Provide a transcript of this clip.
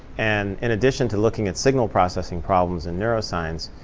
and in addition to looking at signal processing problems in neuroscience,